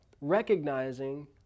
recognizing